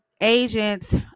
agents